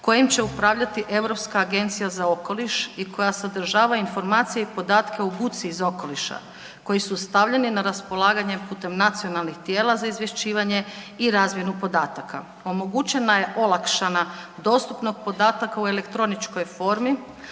kojim će upravljati Europska agencija za okoliš i koja sadržava informacije i podatke o buci iz okoliša koji su stavljeni na raspolaganje putem nacionalnih tijela za izvješćivanje i razmjenu podataka. Omogućena je olakšana dostupnost podataka u elektroničkoj formi,